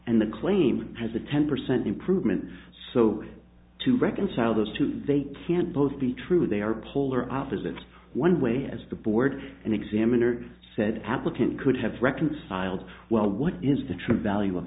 and the claim has a ten percent improvement so to reconcile those two they can't both be true they are polar opposites one way as the board and examiner said applicant could have reconciled well what is the true value of